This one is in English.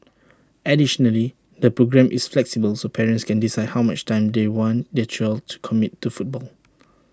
additionally the programme is flexible so parents can decide how much time they want their child to commit to football